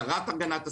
השרה להגנת הסביבה,